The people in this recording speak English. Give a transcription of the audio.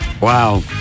Wow